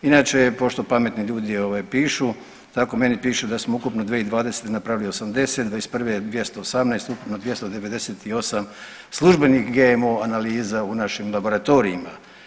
Inače pošto pametni ljudi pišu tako meni piše da smo ukupno 2020. napravili 80, '21. 218 ukupno 298 službenih GMO analiza u našim laboratorijima.